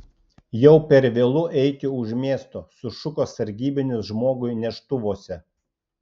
jau per vėlu eiti už miesto sušuko sargybinis žmogui neštuvuose